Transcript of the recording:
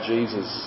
Jesus